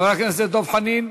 חבר הכנסת דב חנין,